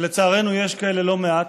ולצערנו יש כאלה לא מעט,